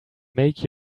make